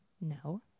No